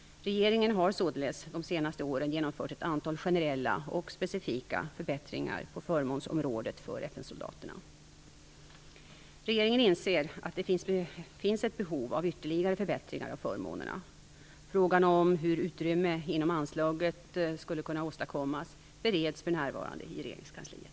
Regeringen har således de senaste åren genomfört ett antal generella och specifika förbättringar på förmånsområdet för FN-soldaterna. Regeringen inser att det finns ett behov av ytterligare förbättringar av förmånerna. Frågan om hur utrymme inom anslaget skulle kunna åstadkommas bereds för närvarande i regeringskansliet.